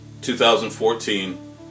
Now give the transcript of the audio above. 2014